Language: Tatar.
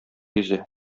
йөзә